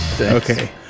Okay